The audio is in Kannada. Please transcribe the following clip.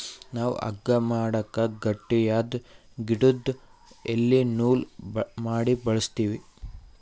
ನಾವ್ ಹಗ್ಗಾ ಮಾಡಕ್ ಗಟ್ಟಿಯಾದ್ ಗಿಡುದು ಎಲಿ ನೂಲ್ ಮಾಡಿ ಬಳಸ್ತೀವಿ